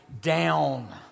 down